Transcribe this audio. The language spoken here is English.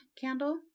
candle